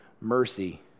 mercy